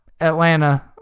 Atlanta